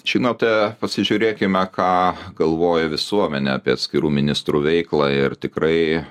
žinote pasižiūrėkime ką galvoja visuomenė apie atskirų ministrų veiklą ir tikrai